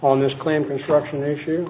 on this claim construction issue